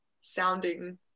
sounding